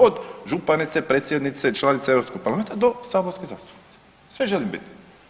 Od županice, predsjednice, članice Europskog parlamenta do saborske zastupnice sve želim biti.